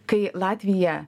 kai latvija